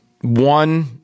One